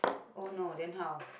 oh no then how